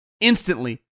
Instantly